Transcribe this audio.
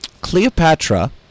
Cleopatra